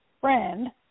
friend